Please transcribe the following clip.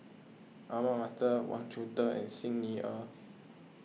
Ahmad Mattar Wang Chunde and Xi Ni Er